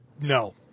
No